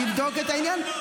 נבדוק את העניין.